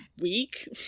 week